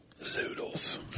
Zoodles